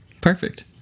Perfect